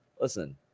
listen